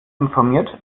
informiert